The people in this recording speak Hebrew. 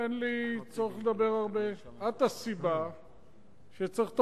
חבר הכנסת אורי אריאל, בבקשה.